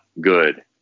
good